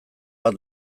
bat